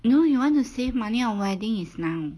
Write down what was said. you know you want to save money on wedding is now